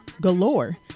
Galore